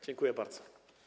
Dziękuję bardzo.